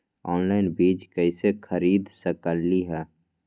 Online बीज कईसे खरीद सकली ह?